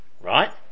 right